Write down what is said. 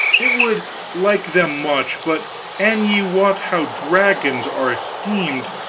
it would like them much but an ye wot how dragons are esteemed,